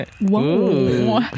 Whoa